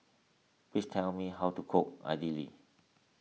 please tell me how to cook Idili